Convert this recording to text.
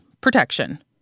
protection